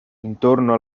intorno